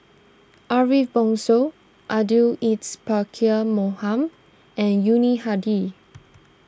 Ariff Bongso Abdul Aziz Pakkeer Mohamed and Yuni Hadi